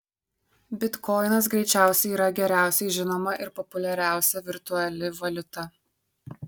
bitkoinas greičiausiai yra geriausiai žinoma ir populiariausia virtuali valiuta